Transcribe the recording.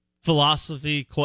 philosophy